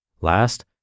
Last